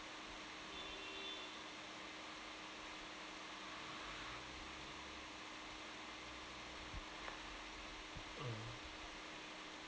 mm